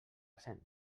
cent